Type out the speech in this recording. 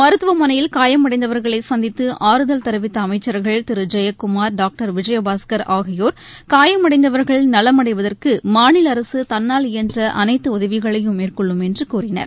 மருத்துவமனையில் காயமடைந்தவர்களைசந்தித்துஆறுதல் தெரிவித்தஅமைச்சர்கள் திருஜெயக்குமார் டாக்டர் விஜயபாஸ்கர் ஆகியோர் காயமடைந்தவர்கள் நலமடைவதற்குமாநிலஅரசுதன்னால் இயன்றஅனைத்துஉதவிகளையும் மேற்கொள்ளும் என்றுகூறினர்